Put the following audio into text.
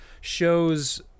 shows